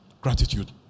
Gratitude